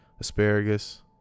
asparagus